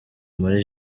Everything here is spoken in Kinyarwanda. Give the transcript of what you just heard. muri